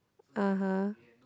(uh huh)